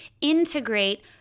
integrate